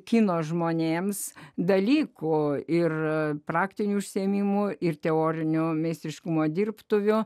kino žmonėms dalykų ir praktinių užsiėmimų ir teorinio meistriškumo dirbtuvių